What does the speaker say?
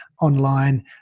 online